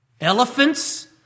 Elephants